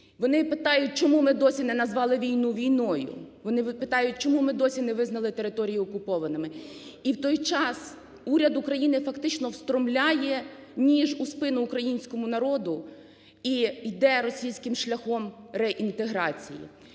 вони питають, чому ми досі не назвали війну війною, вони питають, чому ми досі не визнали території окупованими. І в той час уряд України фактично встромляє ніж у спину українському народу – і йде російським шляхом реінтеграції.